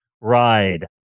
ride